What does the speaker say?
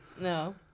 no